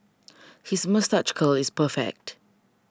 his moustache curl is perfect